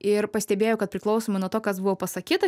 ir pastebėjo kad priklausomai nuo to kas buvo pasakyta